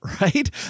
right